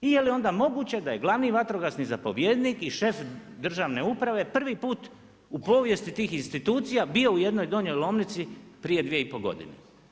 I je li onda moguće da je glavni vatrogasni zapovjednik i šef državni uprave prvi put u povijesti tih institucija bio u jednoj Donjoj Lomnici prije 2,5 godina.